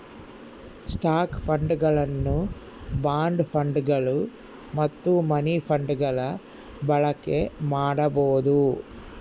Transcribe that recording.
stock ಫಂಡ್ಗಳನ್ನು bond ಫಂಡ್ಗಳು ಮತ್ತು ಮನಿ ಫಂಡ್ಗಳ ಬಳಕೆ ಮಾಡಬೊದು